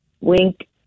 wink